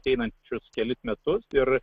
ateinančius kelis metus ir